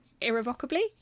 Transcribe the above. irrevocably